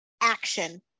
action